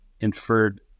inferred